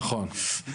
נכון.